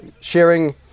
sharing